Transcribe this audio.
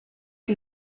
que